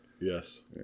yes